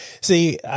See